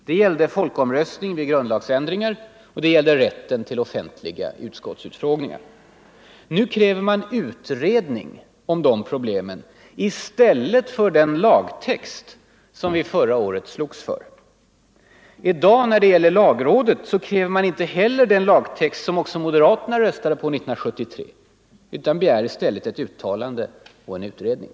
Det gällde folkomröstning vid grund lagsändringar och rätten till offentliga utskottsutfrågningar. Nu kräver Nr 120 man uleedning om de problemen i stället för den lagtext som vi förra Onsdagen den året slogs för. I dag, när det gäller lagrådet, kräver man inte heller den 13 november 1974 lagtext som också moderaterna röstade på 1973 utan begär i stället ett I uttalande och en utredning.